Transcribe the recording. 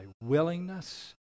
willingness